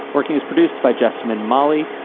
working is produced by jessamine molly.